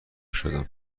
شدم